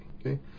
okay